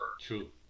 True